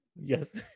Yes